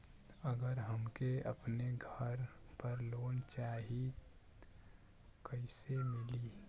अगर हमके अपने घर पर लोंन चाहीत कईसे मिली?